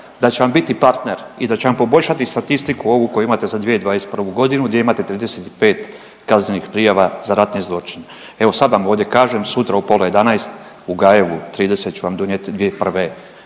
da će vam biti partner i da će vam poboljšati statistiku ovu koju imate za 2021.g. gdje imate 35 kaznenih prijava za ratne zločine. Evo sad vam ovdje kažem sutra u pola 11 u Gajevu 30 ću vam donijeti 2021.